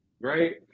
right